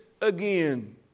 again